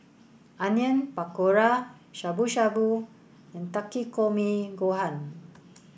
Onion Pakora Shabu Shabu and Takikomi Gohan